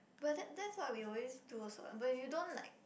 but that's that's what we always do also what but you don't like